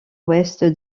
ouest